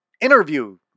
interview